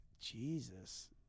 Jesus